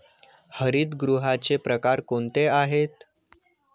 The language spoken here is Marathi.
हरितगृहाचे प्रकार कोणते आहेत?